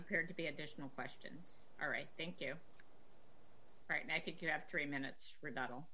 appeared to be additional questions ari thank you right now i think you have three minutes we're not all